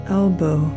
elbow